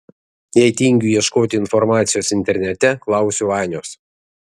jei tingiu ieškoti informacijos internete klausiu vanios